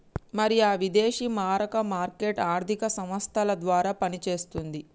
మరి ఆ విదేశీ మారక మార్కెట్ ఆర్థిక సంస్థల ద్వారా పనిచేస్తుంది